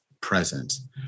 presence